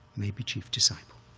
maybe chief disciple.